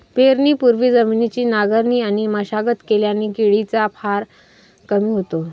पेरणीपूर्वी जमिनीची नांगरणी आणि मशागत केल्याने किडीचा भार कमी होतो